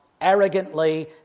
arrogantly